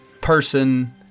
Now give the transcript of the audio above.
person